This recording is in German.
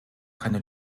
keine